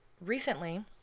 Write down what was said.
recently